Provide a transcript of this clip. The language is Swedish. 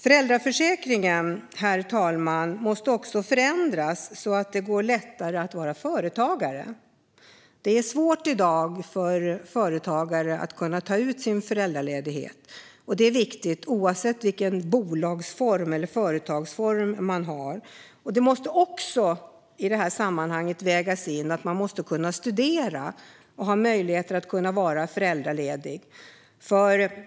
Föräldraförsäkringen, herr talman, måste också förändras så att det går lättare att vara företagare. Det är i dag svårt för företagare att ta ut sin föräldraledighet. Det är viktigt att kunna göra det avsett vilken bolagsform eller företagsform det är. Man måste också kunna studera och samtidigt vara föräldraledig.